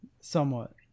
somewhat